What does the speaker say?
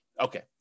okay